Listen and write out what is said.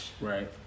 Right